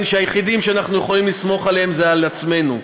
שהיחידים שאנחנו יכולים לסמוך עליהם הם אנחנו עצמנו.